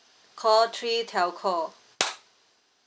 call three telco